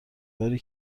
باری